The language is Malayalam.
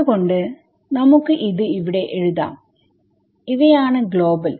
അതുകൊണ്ട് നമുക്ക് ഇത് ഇവിടെ എഴുതാം ഇവയാണ്ഗ്ലോബൽ